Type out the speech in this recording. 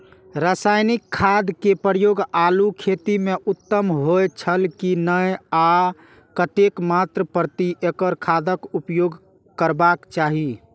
रासायनिक खाद के प्रयोग आलू खेती में उत्तम होय छल की नेय आ कतेक मात्रा प्रति एकड़ खादक उपयोग करबाक चाहि?